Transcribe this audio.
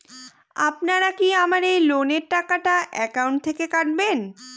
আপনারা কি আমার এই লোনের টাকাটা একাউন্ট থেকে কাটবেন?